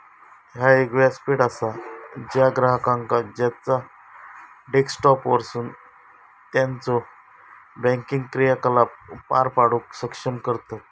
ह्या एक व्यासपीठ असा ज्या ग्राहकांका त्यांचा डेस्कटॉपवरसून त्यांचो बँकिंग क्रियाकलाप पार पाडूक सक्षम करतत